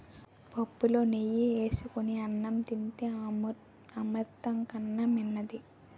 పుప్పులో నెయ్యి ఏసుకొని అన్నం తింతే అమృతం కన్నా మిన్నది